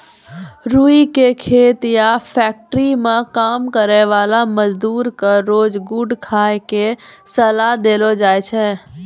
रूई के खेत या फैक्ट्री मं काम करै वाला मजदूर क रोज गुड़ खाय के सलाह देलो जाय छै